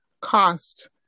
cost